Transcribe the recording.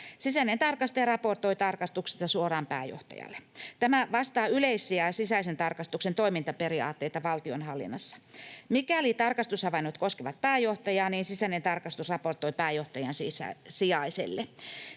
Sisäinen tarkastaja raportoi tarkastuksista suoraan pääjohtajalle. Tämä vastaa yleisiä sisäisen tarkastuksen toimintaperiaatteita valtionhallinnossa. Mikäli tarkastushavainnot koskevat pääjohtajaa, niin sisäinen tarkastus raportoi pääjohtajan sijaiselle.